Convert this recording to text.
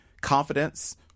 confidence